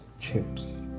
chips